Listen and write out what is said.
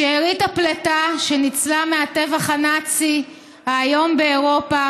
"שארית הפליטה שניצלה מהטבח הנאצי האיום באירופה